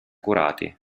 curati